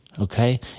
okay